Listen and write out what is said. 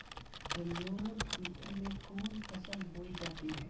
जलोढ़ मिट्टी में कौन फसल बोई जाती हैं?